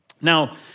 Now